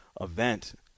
event